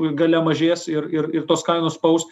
galia mažės ir ir ir tos kainos spaus